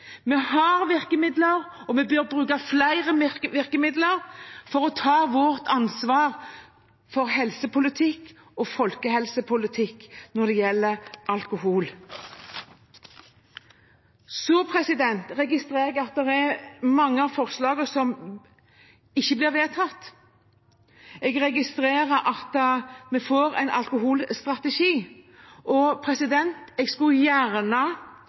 Vi har virkemidler, og vi bør bruke flere virkemidler for å ta vårt ansvar for helsepolitikk og folkehelsepolitikk når det gjelder alkohol. Jeg registrerer at det er mange av forslagene som ikke blir vedtatt. Jeg registrerer at vi får en alkoholstrategi. Jeg skulle gjerne